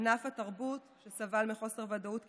ענף התרבות סבל מחוסר ודאות קיצוני,